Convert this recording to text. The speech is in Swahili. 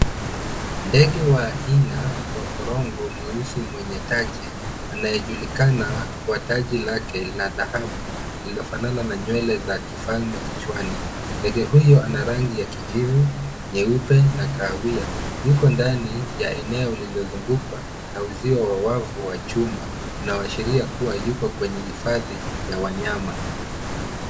Ndege wa aina wa korongo mweusi mwenye taji anaye julikana kwa taji lake la dhahabu lililo fanana na nywele za kifalme kichwani. Ndege huyu ana rangi ya kiijivu, nyeupe